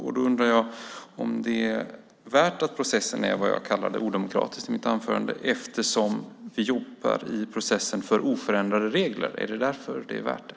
Jag undrar om det är värt att processen är vad jag kallade odemokratisk i mitt anförande eftersom vi i processen jobbar för oförändrade regler. Är det därför som det är värt det?